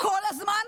כל הזמן,